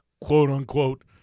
quote-unquote